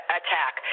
attack